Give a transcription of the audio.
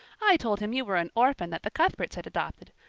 i told him you were an orphan that the cuthberts had adopted,